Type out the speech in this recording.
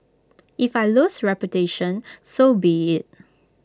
if I lose reputation so be IT